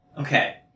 Okay